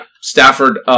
Stafford